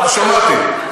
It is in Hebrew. שמעתי,